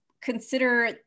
consider